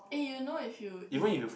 eh you know if you in